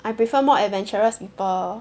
I prefer more adventurous people